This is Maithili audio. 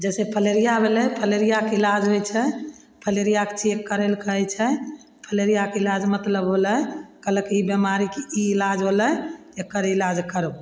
जैसे फलेरिया भेलय फलेरियाके इलाज होइ छै फलेरियाके चेक करय लए कहय छै फलेरियाके इलाज मतलब होलय कहलक ई बीमारीके ई इलाज होलय एकर इलाज करहो